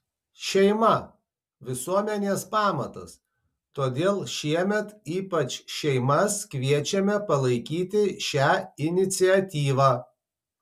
šeima visuomenės pamatas todėl šiemet ypač šeimas kviečiame palaikyti šią iniciatyvą